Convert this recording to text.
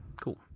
cool